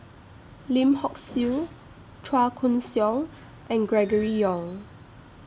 Lim Hock Siew Chua Koon Siong and Gregory Yong